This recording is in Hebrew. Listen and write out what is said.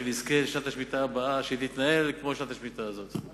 שנזכה ששנת השמיטה הבאה תתנהל כמו שנת השמיטה הזאת.